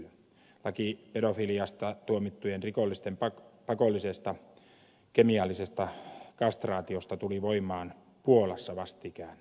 laki pedofiliasta tuomittujen rikollisten pakollisesta kemiallisesta kastraatiosta tuli voimaan puolassa vastikään